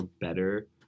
better